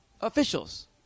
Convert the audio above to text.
officials